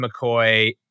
McCoy